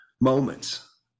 moments